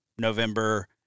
november